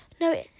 No